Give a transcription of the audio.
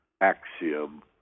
axiom